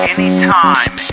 Anytime